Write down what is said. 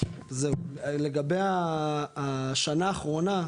לגבי השנה האחרונה,